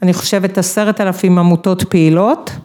אני חושבת עשרת אלפים עמותות פעילות.